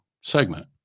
segment